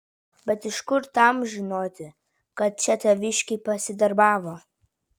bet iš kur tam žinoti kad čia taviškiai pasidarbavo